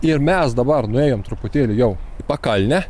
ir mes dabar nuėjom truputėlį jau į pakalnę